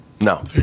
no